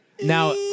Now